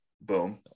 Boom